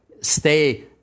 stay